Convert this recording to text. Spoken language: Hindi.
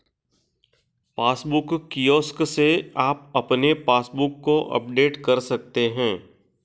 पासबुक किऑस्क से आप अपने पासबुक को अपडेट कर सकते हैं